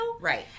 right